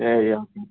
എത്രയാണ് വരിക